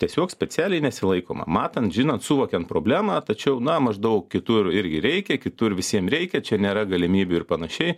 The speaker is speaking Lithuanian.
tiesiog specialiai nesilaikoma matant žinant suvokiant problemą tačiau na maždaug kitur irgi reikia kitur visiem reikia čia nėra galimybių ir panašiai